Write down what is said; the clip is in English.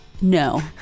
No